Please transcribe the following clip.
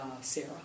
Sarah